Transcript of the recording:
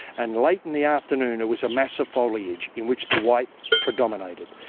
and late in the afternoon it was a mass of foliage in which the white predominated.